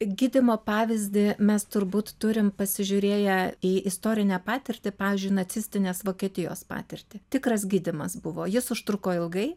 gydymo pavyzdį mes turbūt turim pasižiūrėję į istorinę patirtį pavyzdžiui nacistinės vokietijos patirtį tikras gydymas buvo jis užtruko ilgai